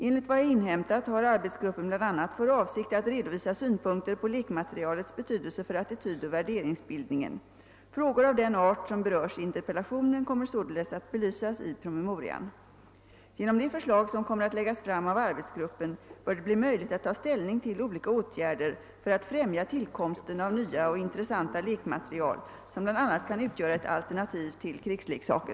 Enligt vad jag inhämtat har arbetsgruppen bl.a. för avsikt att redovisa synpunkter på lekmaterialets betydelse för attitydoch värderingsbildningen. Frågor av den art som berörs i interpellationen kommer 'således att. belysas i promemorian. Genom de förslag som kommer att läggas fram av arbetsgruppen bör det bli möjligt att ta ställning till olika åtgärder för att främja tillkomsten av nya och intressanta lekmaterial som bl.a. kan utgöra ett alternativ till krigsleksaker.